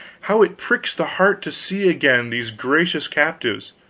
how it pricks the heart to see again these gracious captives,